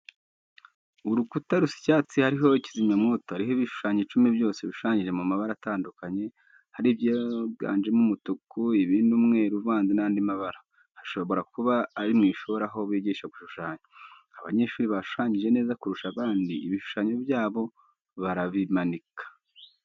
Urukuta rusa icyatsi hariho kizimyamwoto, hariho ibishushanyo icumi, byose bishushanyije mu mabara atandukanye, hari ibyiganjemo umutuku, ibindi umweru uvanze n'andi mabara, hashobora kuba ari mu ishuri aho bigisha gushushanya. Abanyeshuri bashushanyije neza kurusha abandi, ibishushanyo byabo barabimanika.